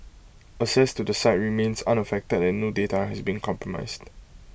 access to the site remains unaffected and no data has been compromised